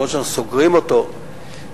למרות שאנחנו סוגרים אותו לשנתיים,